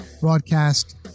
broadcast